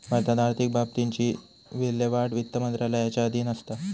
भारतात आर्थिक बाबतींची विल्हेवाट वित्त मंत्रालयाच्या अधीन असता